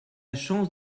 chance